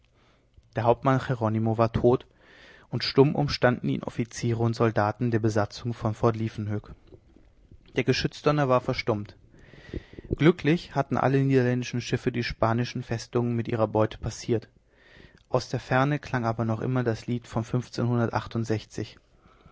der hauptmann jeronimo war tot und stumm umstanden ihn offiziere und soldaten der besatzung von fort liefkenhoek der geschützdonner war verstummt glücklich hatten alle niederländischen schiffe die spanischen festungen mit ihrer beute passiert aus der ferne klang aber noch immer das lied von